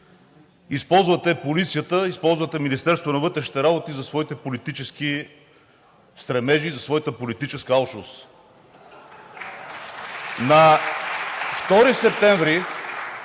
използвате полицията, използвате Министерството на вътрешните работи за своите политически стремежи, за своята политическа алчност. (Ръкопляскания